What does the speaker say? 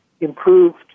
improved